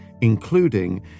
including